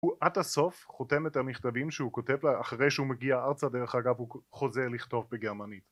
הוא עד הסוף חותם את המכתבים שהוא כותב לה אחרי שהוא מגיע ארצה דרך אגב הוא חוזר לכתוב בגרמנית